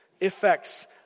effects